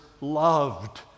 loved